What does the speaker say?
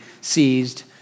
seized